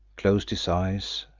closed his eyes,